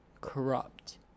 corrupt